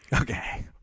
okay